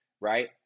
right